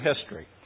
history